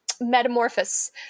metamorphosis